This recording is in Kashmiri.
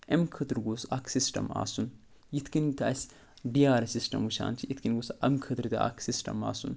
اَمہِ خٲطرٕ گوٚژھ اَکھ سِسٹَم آسُن یِتھ کٔنۍ تہٕ اَسہِ ڈی آر اٮ۪س سِسٹَم وٕچھان چھِ یِتھ کٔنی گوٚژھ اَمہِ خٲطرٕ تہِ اَکھ سِسٹَم آسُن